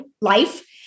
life